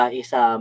isa